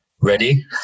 ready